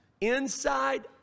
inside